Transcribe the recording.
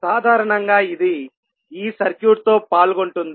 సాధారణంగా ఇది ఈ సర్క్యూట్ తో పాల్గొంటుంది